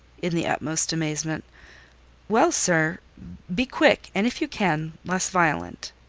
in the utmost amazement well, sir be quick and if you can less violent.